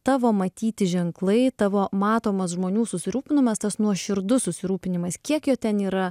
tavo matyti ženklai tavo matomas žmonių susirūpinimas tas nuoširdus susirūpinimas kiek jo ten yra